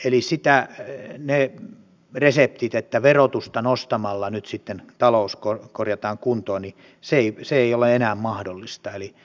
eli se resepti että verotusta nostamalla nyt sitten talous korjataan kuntoon ei ole enää mahdollinen